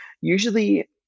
usually